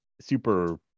super